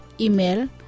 Email